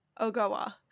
Ogawa